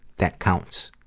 that counts.